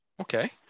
Okay